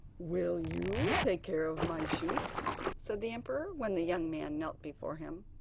will you take care of my sheep said the emperor, when the young man knelt before him.